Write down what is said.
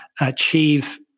achieve